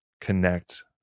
connect